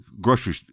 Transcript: grocery